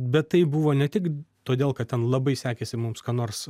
bet tai buvo ne tik todėl kad ten labai sekėsi mums ką nors